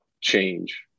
change